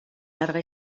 larga